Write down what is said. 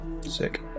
Sick